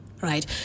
right